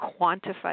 quantified